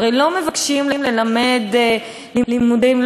הרי ברור לי מדוע יש רצון ואמונה ללמוד שעות